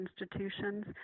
institutions